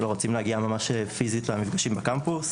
לא רוצים להגיע פיזית למפגשים בקמפוס.